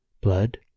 blood